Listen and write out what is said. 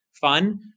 fun